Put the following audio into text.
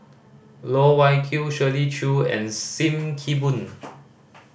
Loh Wai Kiew Shirley Chew and Sim Kee Boon